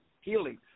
healing